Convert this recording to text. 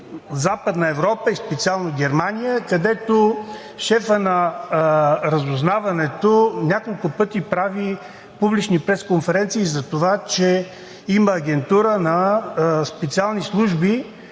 Западна Европа и специално Германия, където шефът на разузнаването няколко пъти прави публични пресконференции за това, че има агентура на специални служби